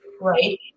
right